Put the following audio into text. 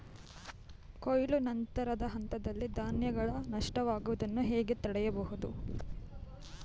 ಕೊಯ್ಲು ನಂತರದ ಹಂತದಲ್ಲಿ ಧಾನ್ಯಗಳ ನಷ್ಟವಾಗುವುದನ್ನು ಹೇಗೆ ತಡೆಯಬಹುದು?